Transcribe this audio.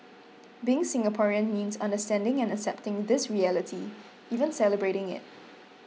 being Singaporean means understanding and accepting this reality even celebrating it